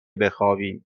بخوابیم